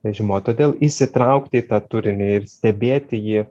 režimo todėl įsitraukti į tą turinį ir stebėti jį